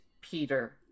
Peter